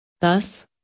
Thus